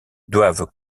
doivent